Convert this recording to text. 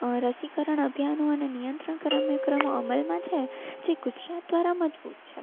રસીકરણ અભિયાનો અને નિયંત્રણ કાર્યક્રમો અમલમાં છે જે ગુજરાત દ્વારા મજબૂત છે